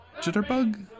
jitterbug